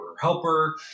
Helper